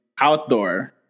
outdoor